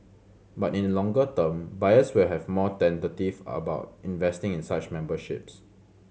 but in the longer term buyers will have more tentative about investing in such memberships